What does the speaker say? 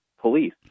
police